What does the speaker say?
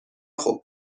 خوب